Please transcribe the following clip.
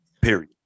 Period